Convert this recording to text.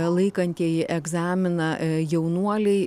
laikantieji egzaminą jaunuoliai